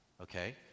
Okay